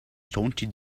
taunted